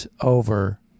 over